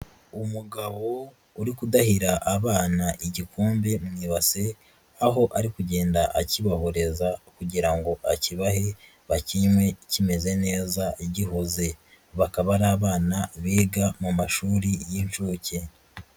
Umugabo uri kudahira abana igikombe mu ibase, aho ari kugenda akibahoreza kugira ngo akibahe bakinywe kimeze neza gihoze, bakaba ari abana biga mu mashuri y'inshuke.